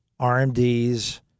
RMDs